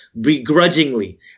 begrudgingly